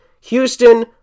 houston